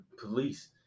police